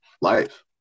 life